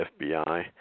FBI